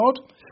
God